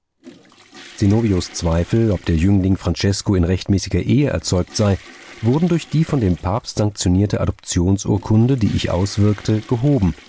zenobios zweifel ob der jüngling francesko in rechtmäßiger ehe erzeugt sei wurden durch die von dem papst sanktionierte adoptionsurkunde die ich auswirkte gehoben